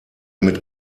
mit